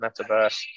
metaverse